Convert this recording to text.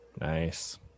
nice